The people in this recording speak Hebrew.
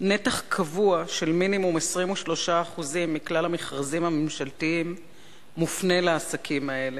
נתח קבוע של מינימום 23% מכלל המכרזים הממשלתיים מופנה לעסקים האלה.